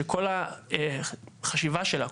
שכל החשיבה שלה,